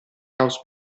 caos